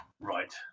Right